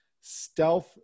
stealth